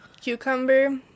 Cucumber